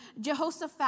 Jehoshaphat